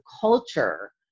culture